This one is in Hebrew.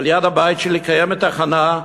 ליד הבית שלי קיימת תחנה,